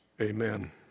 amen